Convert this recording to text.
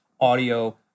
audio